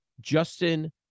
Justin